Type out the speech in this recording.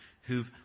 who've